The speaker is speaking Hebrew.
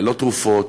ללא תרופות,